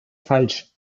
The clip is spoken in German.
falsch